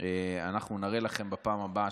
אנחנו נראה לכם בפעם הבאה,